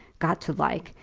got to like!